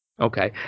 Okay